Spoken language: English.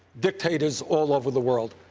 dictators all over the world.